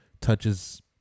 touches